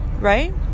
Right